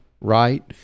right